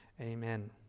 Amen